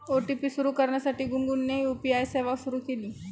OTP सुरू करण्यासाठी गुनगुनने यू.पी.आय सेवा सुरू केली